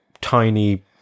tiny